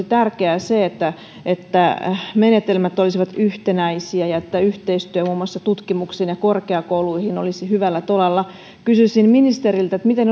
tärkeää se että että menetelmät olisivat yhtenäisiä ja että yhteistyö muun muassa tutkimukseen ja korkeakouluihin olisi hyvällä tolalla kysyisin ministeriltä miten